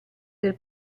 del